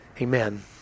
Amen